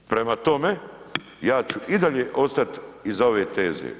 Prema tome, ja ću i dalje ostati iza ove teze.